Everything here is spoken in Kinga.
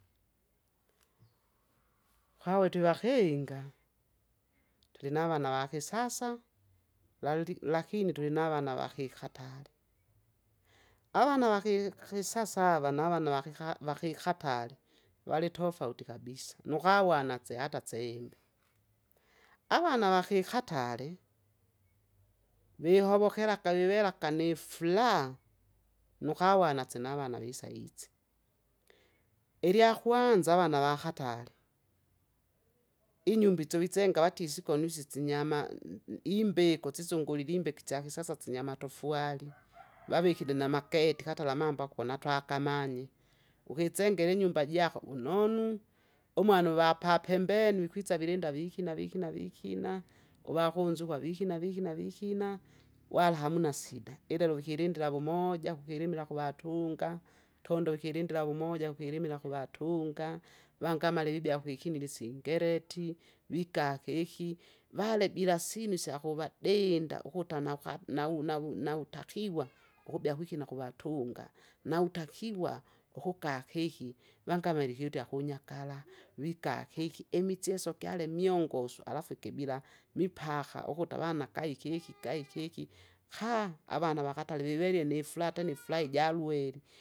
Kwawe twivakinga, tulinavana vakisasa laluli lakini tulinavana vakikatale. Avana vaki- kisasa avanavana vakika- vakikatale, valitofauti kabisa, nukawana tse ata tsembe. Avana vakikatare, vihovokera kavivela kanifuraha, nukawana sinavana visaizi, ilyakwanza avana vakatare, inymba isyo visenga vati isikonu isi sinyamann imbiko sisungirile imbeke isyakisasa sinyamatofwari, vavikire namakeete katala amambo ako natwakamanye. Ukisengera inyumba jako wunonu, umwana uva papembeni vikwisa vilinda vikina vikina vikina! uvakunzukwa vikina vikina avikina! wala hamuna sida, ilelo vikilindila wumoja kukilimila kuvatunga, tundowe ikilindila wumoja ukilimila kuvatunga. Vangamala ivibea kwikinila isingeleti, vika keki, vale bila sinu isyakuvadinda ukuta nauka nau- nau- nautigwa, ukubea kwikina kuvatunga. Nautakiwa, ukuka keki vangavele ikiutya kunyakala, wika keki imicheso gyale myongosu alafu ikibila, mipaka ukuta avana kai keki kai keki avana wakatare vivelie nifuraa tena, ifuraa ijalweli.